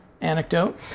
anecdote